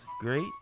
Great